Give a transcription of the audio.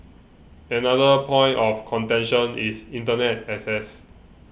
another point of contention is Internet access